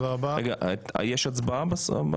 יש הצבעה בסוף?